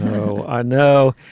oh, i know.